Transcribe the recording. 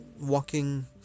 walking